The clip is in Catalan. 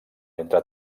entre